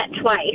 twice